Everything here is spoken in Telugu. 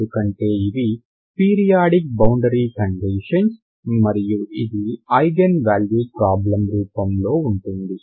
ఎందుకంటే ఇవి పీరియాడిక్ బౌండరీ కండీషన్స్ మరియు ఇది ఐగెన్ వాల్యూ ప్రాబ్లమ్ రూపం లో ఉంటుంది